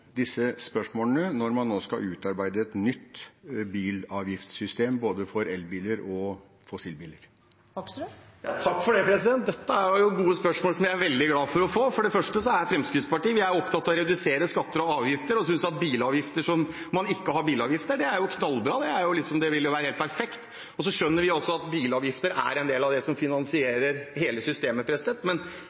disse spørsmålene, når man nå skal utarbeide et nytt bilavgiftssystem for både elbiler og fossilbiler? Dette var gode spørsmål som jeg er veldig glad for å få. For det første er Fremskrittspartiet opptatt av å redusere skatter og avgifter og synes at ikke å ha bilavgifter er knallbra – at det vil være helt perfekt. Og så skjønner vi at bilavgifter er en del av det som finansierer hele systemet. Men